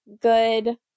good